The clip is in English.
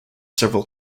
several